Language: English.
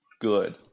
good